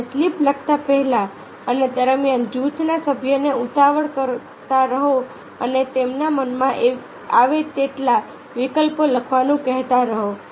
અને સ્લિપ લખતા પહેલા અને દરમિયાન જૂથના સભ્યોને ઉતાવળ કરતા રહો અને તેમના મનમાં આવે તેટલા વિકલ્પો લખવાનું કહેતા રહો